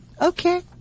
Okay